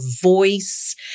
voice